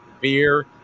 beer